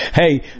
Hey